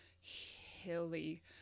hilly